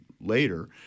later